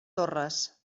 torres